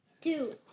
Two